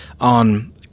on